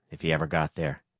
if he ever got there.